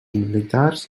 militars